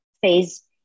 phase